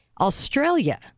Australia